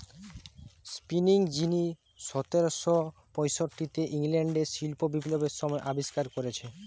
spinning যিনি সতেরশ পয়ষট্টিতে ইংল্যান্ডে শিল্প বিপ্লবের সময় আবিষ্কার কোরেছে